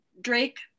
Drake